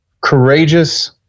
courageous